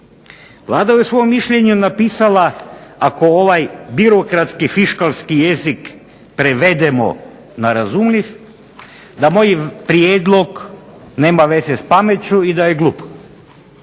Vlada je u svom mišljenju napisala, ako ovaj birokratski, fiškalski jezik prevedemo na razumljiv, da moj prijedlog nema veze s pameću i da je glup,